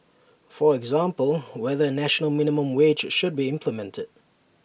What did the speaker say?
for example whether A national minimum wage should be implemented